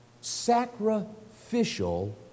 sacrificial